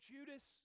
Judas